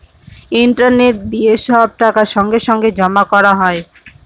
internet দিয়ে সব টাকা সঙ্গে সঙ্গে জমা করা হয়